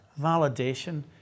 validation